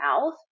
mouth